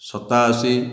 ସତାଅଶି